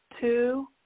two